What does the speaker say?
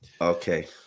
Okay